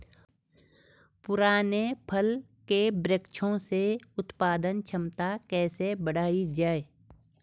पुराने फल के वृक्षों से उत्पादन क्षमता कैसे बढ़ायी जाए?